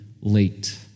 late